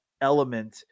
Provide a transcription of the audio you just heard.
element